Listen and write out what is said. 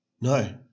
No